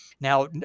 Now